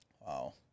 wow